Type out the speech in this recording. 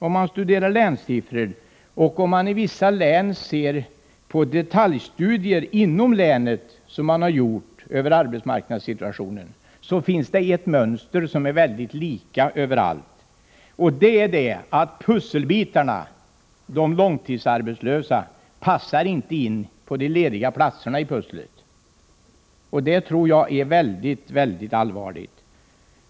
Om man studerar länssiffror och i vissa län ser på de detaljstudier som har gjorts över arbetsmarknadssituationen finner man ett mönster som överallt ser ut på nästan samma sätt. Det är så att pusselbitarna, de långtidsarbetslösa, inte passar in på de lediga platserna i pusslet. Detta är mycket allvarligt.